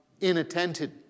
inattentive